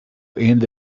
end